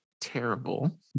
terrible